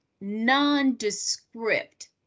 nondescript